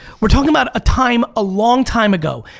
we're talking about a time a long time ago.